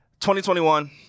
2021